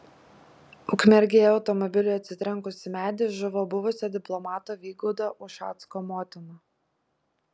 ukmergėje automobiliui atsitrenkus į medį žuvo buvusio diplomato vygaudo ušacko motina